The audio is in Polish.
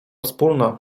wspólna